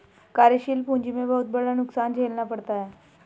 कार्यशील पूंजी में बहुत बड़ा नुकसान झेलना पड़ता है